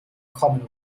common